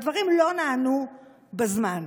הדברים לא נענו בזמן.